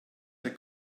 der